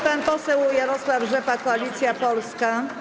Pan poseł Jarosław Rzepa, Koalicja Polska.